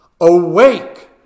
Awake